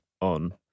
on